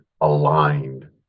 aligned